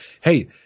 hey